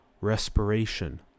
respiration